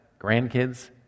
grandkids